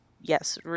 yes